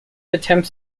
attempts